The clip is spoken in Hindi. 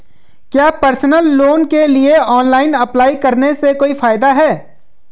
क्या पर्सनल लोन के लिए ऑनलाइन अप्लाई करने से कोई फायदा है?